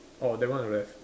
orh that one I have